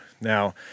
now